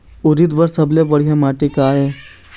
उरीद बर सबले बढ़िया माटी का ये?